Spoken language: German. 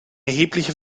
erhebliche